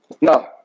No